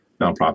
nonprofit